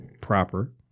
proper